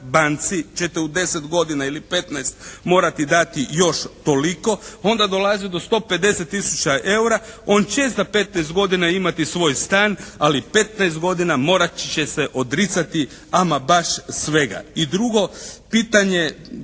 banci ćete u 10 godina ili 15 morati dati još toliko onda dolazi do 150 tisuća EUR-a, on će za 15 godina imati svoj stan ali 15 godina morat će se odricati ama baš svega. I drugo pitanje,